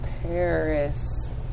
Paris